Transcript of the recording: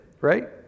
right